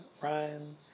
Ryan